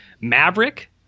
Maverick